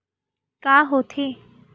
का होथे?